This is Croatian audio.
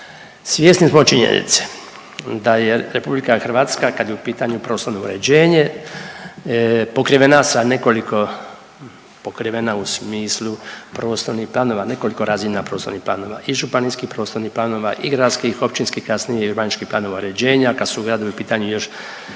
Svjesni smo činjenice da je RH kad je u pitanju prostorno uređenje pokrivena sa nekoliko, pokrivena u smislu prostornih planova, nekoliko razina prostornih planova i županijskih prostornih planova i gradskih, općinskih, kasnije i urbaničkih planova uređenja, kad su gradovi u pitanju još